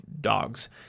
dogs